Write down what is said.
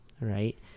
Right